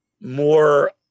more